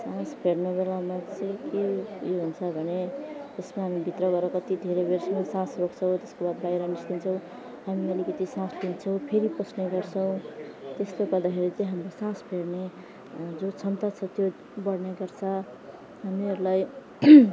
सास फेर्नु बेलामा चाहिँ के यो हुन्छ भने उसमा हामी भित्र गएर कति धेरैसम्म सास रोक्छौँ त्यसको बाद बाहिर निस्किन्छौँ हामीले अलिकति सास लिन्छौँ फेरि पस्ने गर्छौँ त्यस्तो गर्दाखेरि चाहिँ हाम्रो सास फेर्ने जो क्षमता छ त्यो बढ्ने गर्छ हामीहरूलाई